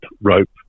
rope